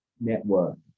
Network